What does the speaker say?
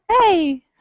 Hey